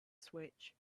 switch